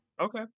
Okay